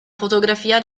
fotografia